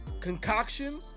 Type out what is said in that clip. concoction